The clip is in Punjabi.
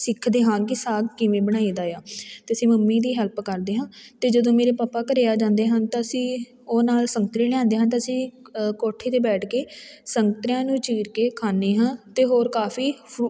ਸਿੱਖਦੇ ਹਾਂ ਕਿ ਸਾਗ ਕਿਵੇਂ ਬਣਾਈ ਦਾ ਆ ਅਤੇ ਅਸੀਂ ਮੰਮੀ ਦੀ ਹੈਲਪ ਕਰਦੇ ਹਾਂ ਅਤੇ ਜਦੋਂ ਮੇਰੇ ਪਾਪਾ ਘਰ ਆ ਜਾਂਦੇ ਹਨ ਤਾਂ ਅਸੀਂ ਉਹ ਨਾਲ ਸੰਤਰੇ ਲਿਆਉਂਦੇ ਹਨ ਤਾਂ ਅਸੀਂ ਕੋਠੇ 'ਤੇ ਬੈਠ ਕੇ ਸੰਗਤਰਿਆਂ ਨੂੰ ਚੀਰ ਕੇ ਖਾਂਦੇ ਹਾਂ ਅਤੇ ਹੋਰ ਕਾਫੀ ਫਰੂ